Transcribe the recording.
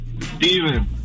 Steven